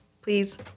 Please